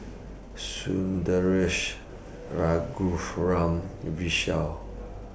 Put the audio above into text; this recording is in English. Sundaresh Raghuram Vishal